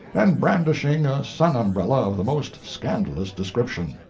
and brandishing a sun umbrella of the most scandalous description.